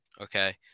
okay